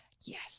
Yes